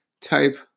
type